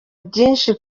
byinshi